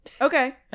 Okay